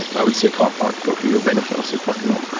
i would say car park, but for your benefit i'll say parking lot.